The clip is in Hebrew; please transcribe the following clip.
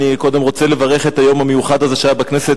אני קודם רוצה לברך על היום המיוחד הזה שהיה בכנסת,